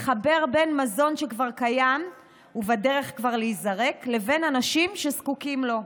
לחבר בין מזון שכבר קיים ובדרך כבר להיזרק לבין אנשים שזקוקים לו.